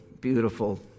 beautiful